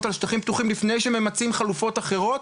על שטחים פתוחים לפני שממצים חלופות אחרת,